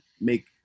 make